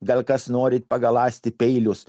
gal kas norite pagaląsti peilius